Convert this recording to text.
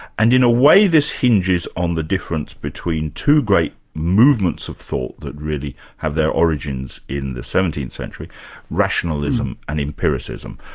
and in a way this hinges on the difference between two great movements of thought that really have their origins in the seventeenth century rationalism and empiricism.